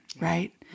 right